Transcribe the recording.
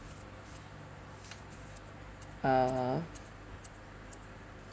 uh